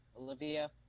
Olivia